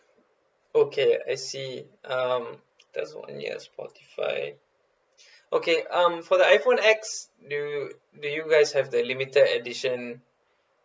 okay I see um there's one year spotify okay um for the iphone X do do you guys have the limited edition